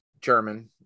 German